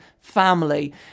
family